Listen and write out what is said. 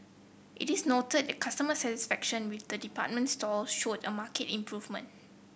it is noted that customer satisfaction with the department stores showed a market improvement